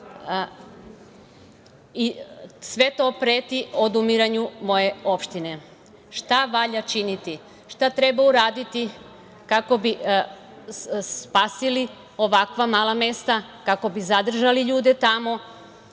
Sve to preti odumiranju moje opštine. Šta valja činiti? Šta treba uraditi kako bi spasili ovakva mala mesta, kako bi zadržali ljude tamo